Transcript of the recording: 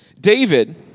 David